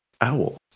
owl